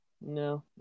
No